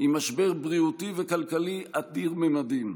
עם משבר בריאותי וכלכלי אדיר ממדים.